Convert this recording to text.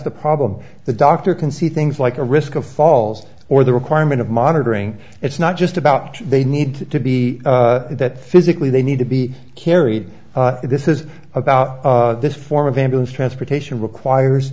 the problem the doctor can see things like a risk of falls or the requirement of monitoring it's not just about they need to be that physically they need to be carried this is about this form of ambulance transportation requires